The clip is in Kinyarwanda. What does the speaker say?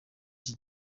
iki